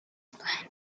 plan